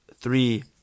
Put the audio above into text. three